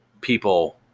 people